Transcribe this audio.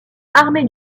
armée